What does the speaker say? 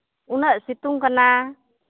ᱩᱱᱟᱹᱜ ᱥᱤᱛᱩᱝ ᱠᱟᱱᱟ